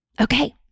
Okay